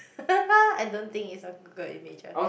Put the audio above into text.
I don't think is a google image